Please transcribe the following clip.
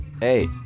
hey